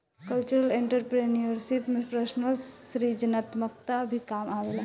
cultural entrepreneurship में personal सृजनात्मकता भी काम आवेला